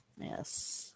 Yes